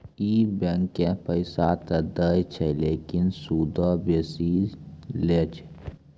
इ बैंकें पैसा त दै छै लेकिन सूदो बेसी लै छै